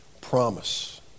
promise